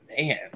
man